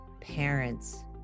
parents